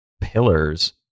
pillars